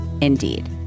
Indeed